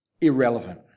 irrelevant